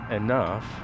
enough